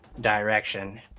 direction